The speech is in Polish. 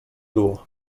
było